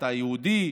אתה יהודי?